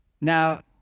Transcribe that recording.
Now